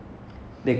oh okay K